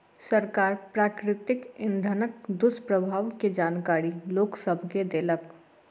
सरकार प्राकृतिक इंधनक दुष्प्रभाव के जानकारी लोक सभ के देलक